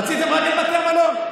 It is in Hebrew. רציתם רק את בתי המלון.